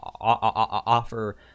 offer